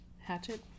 Hatchet